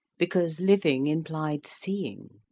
because living implied seeing.